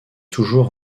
toujours